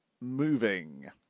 Moving